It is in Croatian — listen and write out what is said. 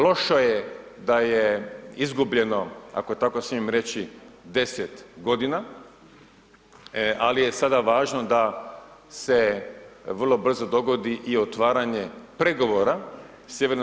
Loše je da je izgubljeno, ako tako smijem reći 10 godina, ali je sada važno da se vrlo brzo dogodi i otvaranje pregovora Sj.